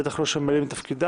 בטח לא שממלאים את תפקידם,